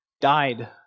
died